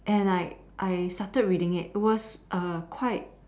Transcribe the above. and I I started reading it was a quite